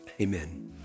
amen